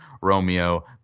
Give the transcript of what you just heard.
Romeo